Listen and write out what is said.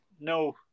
no